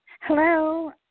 Hello